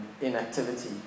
inactivity